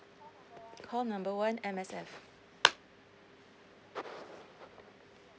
call number one M_S_F